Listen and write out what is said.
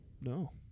No